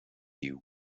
you